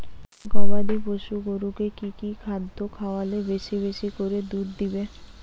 গবাদি পশু গরুকে কী কী খাদ্য খাওয়ালে বেশী বেশী করে দুধ দিবে?